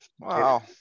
Wow